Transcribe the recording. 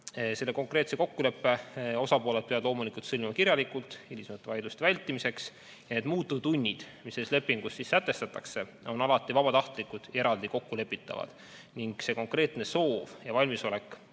Selle konkreetse kokkuleppe peavad osapooled loomulikult sõlmima kirjalikult, hilisemate vaidluste vältimiseks. Muutuvtunnid, mis selles lepingus sätestatakse, on alati vabatahtlikud ja eraldi kokkulepitavad ning konkreetne soov ja valmisolek